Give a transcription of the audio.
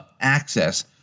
access